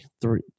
three